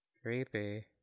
Creepy